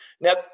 Now